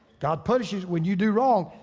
god punishes when you do wrong.